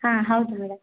ಹಾಂ ಹೌದು ಮೇಡಮ್